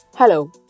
Hello